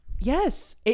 Yes